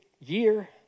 year